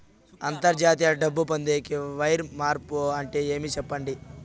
అంతర్జాతీయ డబ్బు పొందేకి, వైర్ మార్పు అంటే ఏమి? సెప్పండి?